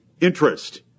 interest